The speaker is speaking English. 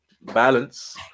Balance